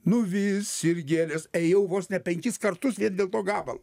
nuvys ir gėlės ėjau vos ne penkis kartus vien dėl to gabalo